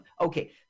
Okay